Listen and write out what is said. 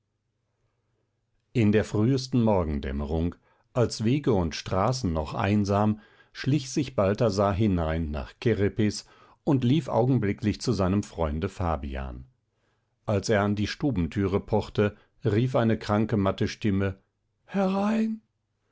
in der frühesten morgendämmerung als wege und straßen noch einsam schlich sich balthasar hinein nach kerepes und lief augenblicklich zu seinem freunde fabian als er an die stubentüre pochte rief eine kranke matte stimme herein